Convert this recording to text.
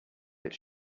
its